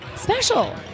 special